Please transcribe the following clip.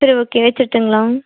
சரி ஓகே வெச்சுட்டுங்களா